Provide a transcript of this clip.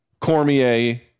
Cormier